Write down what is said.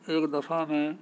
ایک دفعہ میں